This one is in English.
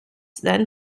then